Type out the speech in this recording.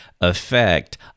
effect